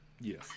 Yes